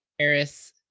Paris